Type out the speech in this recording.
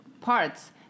parts